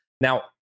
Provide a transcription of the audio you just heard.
Now